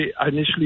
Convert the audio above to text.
initially